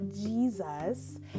Jesus